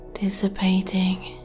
dissipating